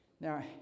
Now